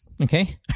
okay